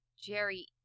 Jerry